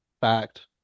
fact